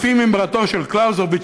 לפי מימרתו של קלאוזביץ,